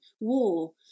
war